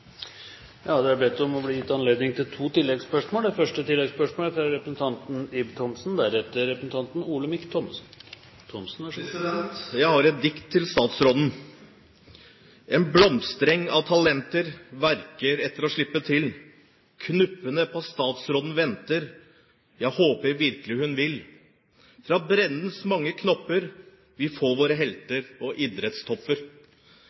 gitt anledning til to oppfølgingsspørsmål – først fra Ib Thomsen. Jeg har et dikt til statsråden: «En blomstereng av talenter Verker etter å slippe til Knuppene på statsråden venter Jeg håper virkelig hun vil Fra breddens mange knopper Vi får våre